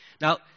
Now